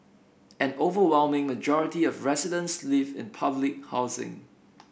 an overwhelming majority of residents live in public housing